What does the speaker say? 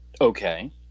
Okay